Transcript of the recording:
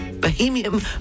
Bohemian